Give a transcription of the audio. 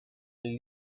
and